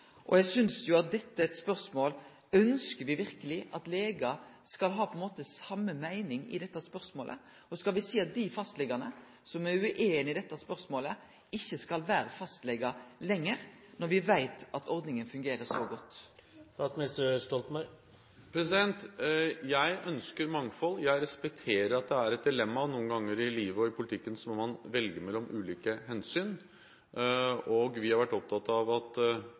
dette er eit spørsmål: Ønskjer me verkeleg at legar skal ha på ein måte same meining i dette spørsmålet? Og skal me seie at dei fastlegane som er ueinige i dette spørsmålet, ikkje skal vere fastlegar lenger, når me veit at ordninga fungerer så godt? Jeg ønsker mangfold. Jeg respekterer at dette er et dilemma. Noen ganger i livet og i politikken må man velge mellom ulike hensyn, og vi har vært opptatt av at